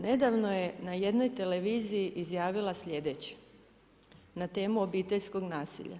Nedavno je na jednoj televiziji izjavila sljedeće na temu obiteljskog nasilja.